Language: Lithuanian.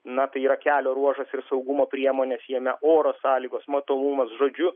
na tai yra kelio ruožas ir saugumo priemonės jame oro sąlygos matomumas žodžiu